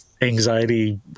anxiety